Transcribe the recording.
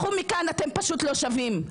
לכו מכאן, אתם פשוט לא שווים.